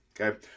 okay